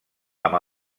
amb